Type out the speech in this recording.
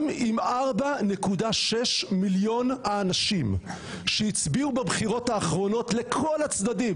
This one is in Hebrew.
גם אם 4.6 מיליון אנשים שהצביעו בבחירות האחרונות לכל הצדדים